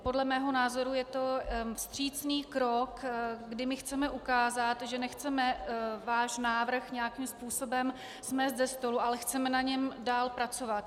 Podle mého názoru je to vstřícný krok, kdy chceme ukázat, že nechceme váš návrh nějakým způsobem smést ze stolu, ale chceme na něm dál pracovat.